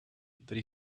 that